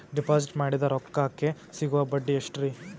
Deposit ಮಾಡಿದ ರೊಕ್ಕಕೆ ಸಿಗುವ ಬಡ್ಡಿ ಎಷ್ಟ್ರೀ?